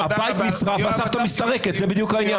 הבית נשרף והסבתא מסתרקת, זה בדיוק העניין.